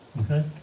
okay